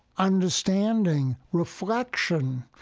understanding, reflection.